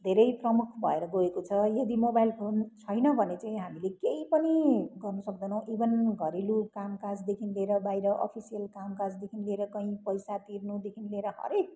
धेरै प्रमुख भएर गएको छ यदि मोबाइल फोन छैन भने चाहिँ हामीले केही पनि गर्नुसक्दैनौँ इभन घरेलु कामकाजदेखि लिएर बाहिर अफिसियल कामकाजदेखि लिएर कहीँ पैसा तिर्नुदेखि लिएर हरेक